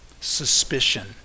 Suspicion